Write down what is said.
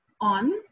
on